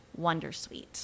wondersuite